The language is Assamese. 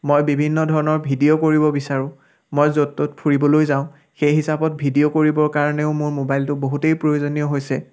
মই বিভিন্ন ধৰণৰ ভিডিঅ' কৰিব বিচাৰোঁ মই য'ত ত'ত ফুৰিবলৈ যাওঁ সেই হিচাপত ভিডিঅ' কৰিবৰ কাৰণেও মোৰ মোবাইলটো বহুতেই প্ৰয়োজনীয় হৈছে